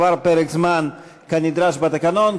עבר פרק זמן כנדרש בתקנון.